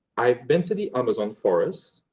i've been to the amazon rainforest.